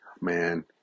Man